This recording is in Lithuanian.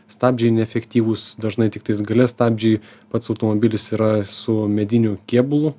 stabdžiai neefektyvūs dažnai tiktais gale stabdžiai pats automobilis yra su mediniu kėbulu